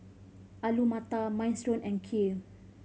Alu Matar Minestrone and Kheer